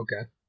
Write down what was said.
Okay